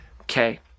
okay